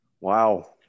Wow